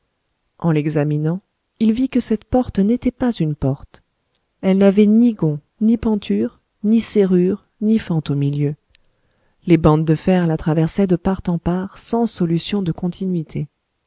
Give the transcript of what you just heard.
en l'examinant il vit que cette porte n'était pas une porte elle n'avait ni gonds ni pentures ni serrure ni fente au milieu les bandes de fer la traversaient de part en part sans solution de continuité